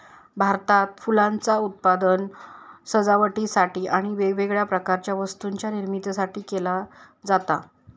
भारतात फुलांचा उत्पादन सजावटीसाठी आणि वेगवेगळ्या प्रकारच्या वस्तूंच्या निर्मितीसाठी केला जाता